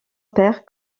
père